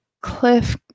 cliff